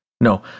No